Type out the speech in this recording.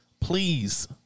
please